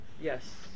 Yes